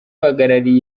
uhagarariye